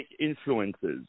influences